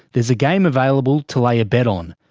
there's a game available to lay a bet on,